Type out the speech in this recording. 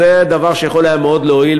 זה דבר שהיה יכול מאוד להועיל.